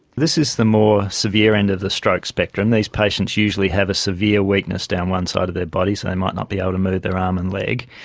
this is the more severe end of the stroke spectrum. these patients usually have a severe weakness down one side of their body, so they might not be able to move their arm and leg.